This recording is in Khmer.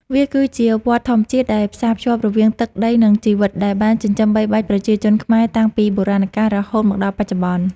វាគឺជាវដ្តធម្មជាតិដែលផ្សារភ្ជាប់រវាងទឹក ដី និងជីវិត ដែលបានចិញ្ចឹមបីបាច់ប្រជាជនខ្មែរតាំងពីបុរាណកាលរហូតមកដល់បច្ចុប្បន្ន។